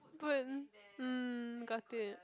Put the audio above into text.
put mm got it